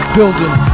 Building